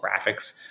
graphics